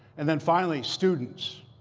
and then, finally students.